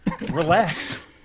Relax